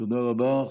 תודה רבה.